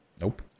Nope